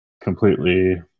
completely